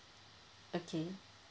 okay